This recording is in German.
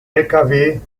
lkw